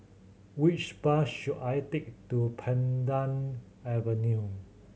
which bus should I take to Pandan Avenue